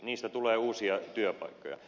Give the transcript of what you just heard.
niistä tulee uusia työpaikkoja